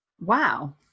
Wow